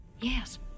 yes